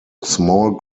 small